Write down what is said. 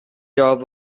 job